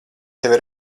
tevi